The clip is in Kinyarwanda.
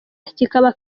kikaba